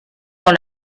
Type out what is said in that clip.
dans